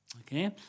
okay